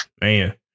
Man